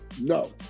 No